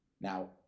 Now